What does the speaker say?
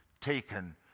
taken